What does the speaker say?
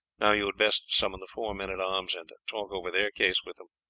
now you had best summon the four men-at-arms and talk over their case with them.